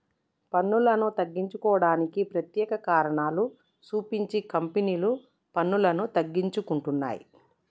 పన్నులను తగ్గించుకోవడానికి ప్రత్యేక కారణాలు సూపించి కంపెనీలు పన్నులను తగ్గించుకుంటున్నయ్